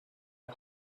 een